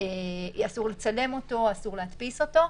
כאשר אסור לצלם אותו להדפיס אותו.